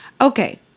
Okay